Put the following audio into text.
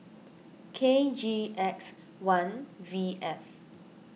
K G X one V F